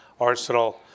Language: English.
arsenal